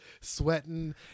sweating